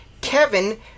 Kevin